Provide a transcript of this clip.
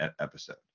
episode